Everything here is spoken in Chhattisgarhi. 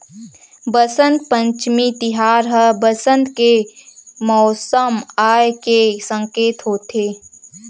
बसंत पंचमी तिहार ह बसंत के मउसम आए के सकेत होथे